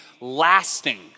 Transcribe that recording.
lasting